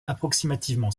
approximativement